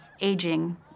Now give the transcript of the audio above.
aging